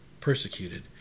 persecuted